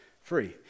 free